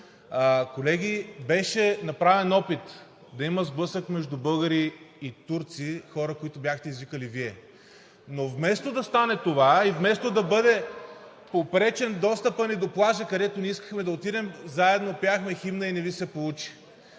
колеги. Беше направен опит да има сблъсък между българи и турци – хора, които бяхте извикали Вие. Но вместо да стане това и вместо да бъде попречен достъпът ни до плажа, където ние искахме да отидем, заедно пяхме химна и не Ви се получи.